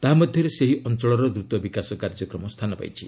ତାହାମଧ୍ୟରେ ସେହି ଅଞ୍ଚଳର ଦ୍ରତ ବିକାଶ କାର୍ଯ୍ୟକ୍ରମ ସ୍ଥାନ ପାଇଛି